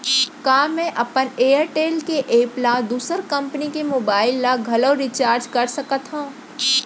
का मैं अपन एयरटेल के एप ले दूसर कंपनी के मोबाइल ला घलव रिचार्ज कर सकत हव?